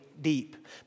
deep